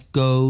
go